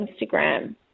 Instagram